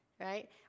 right